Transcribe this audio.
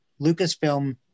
Lucasfilm